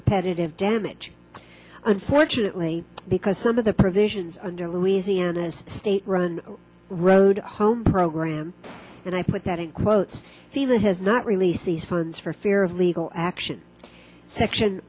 repetitive damage unfortunately because of the provisions under louisiana's state run road home program and i put that in quotes stephen has not released these funds for fear of legal action section